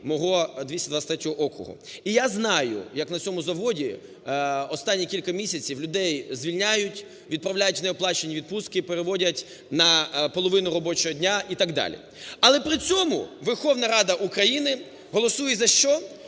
мого 223 округу. І я знаю, як на цьому заводі останні кілька місяців людей звільняють, відправляють в неоплачувані відпустки, переводять на половину робочого дня і так далі. Але при цьому Верховна Рада України голосує за що?